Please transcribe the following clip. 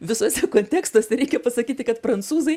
visuose kontekstuose reikia pasakyti kad prancūzai